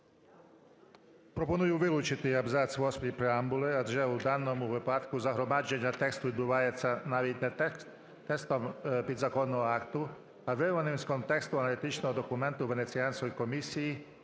Пропоную вилучити абзац 8 преамбули, адже у даному випадку загромадження тексту відбувається навіть не текстом підзаконного акту, а вирваним із контексту аналітичного документу Венеціанської комісії,